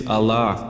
Allah